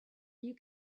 you